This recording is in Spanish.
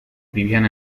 vivían